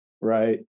Right